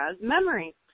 memory